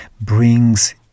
brings